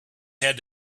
had